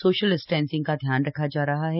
social distancing का ध्यान रखा जा रहा है